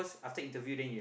cause after interview then you